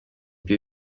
più